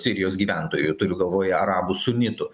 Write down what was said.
sirijos gyventojų turiu galvoje arabų sunitų